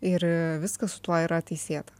ir viskas su tuo yra teisėta